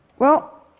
well,